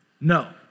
No